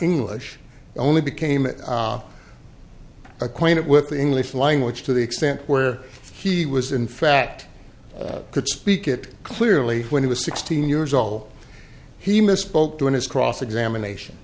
english only became acquainted with the english language to the extent where he was in fact could speak it clearly when he was sixteen years old he misspoke during his cross examination